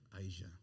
Asia